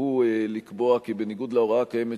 ולקבוע כי בניגוד להוראה הקיימת,